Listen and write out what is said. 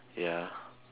ya